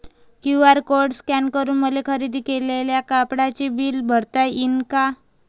QR code scan करून मले खरेदी केलेल्या कापडाचे बिल भरता यीन का?